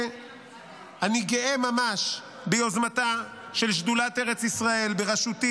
ואני גאה ממש ביוזמתה של שדולת ארץ ישראל בראשותי